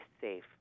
safe